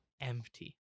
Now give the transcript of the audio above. empty